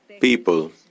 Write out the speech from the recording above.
people